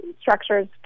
structures